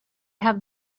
have